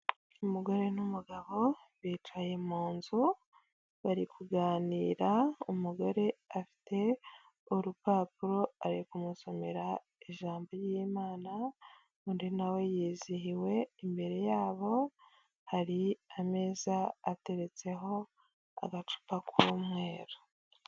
Umugore n'umugabo bicaye mu nzu bari kuganira umugore afite urupapuro ari kumusomera ijambo ry'imana undi, nawe yizihiwe imbere yabo hari ameza ateretseho agacupa k'umweru.